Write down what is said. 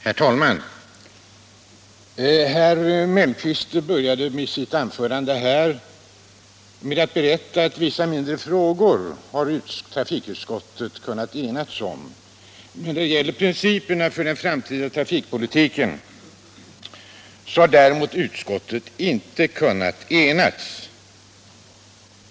Herr talman! Herr Mellqvist började sitt anförande med att berätta att trafikutskottet har kunnat enas i vissa mindre frågor men däremot inte när det gäller principerna för den framtida trafikpolitiken.